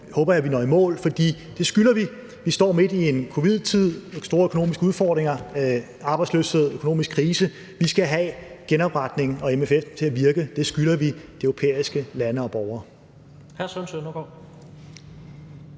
håber jeg, vi når i mål, for det skylder vi. Vi står midt i en covid-tid med store økonomiske udfordringer, med arbejdsløshed og økonomisk krise, og vi skal have genopretningen og MFF'en til at virke. Det skylder vi de europæiske lande og borgere.